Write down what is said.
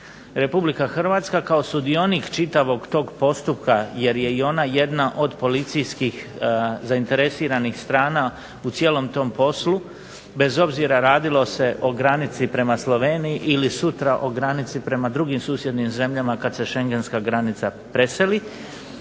Republika Hrvatska kao sudionik čitavog tog postupka, jer je i ona jedna od policijskih zainteresiranih strana u cijelom tom poslu, bez obzira radilo se o granici prema Sloveniji ili sutra o granici prema drugim susjednim zemljama kad se Šengenska granica preseli,